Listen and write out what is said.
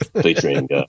featuring